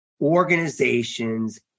Organizations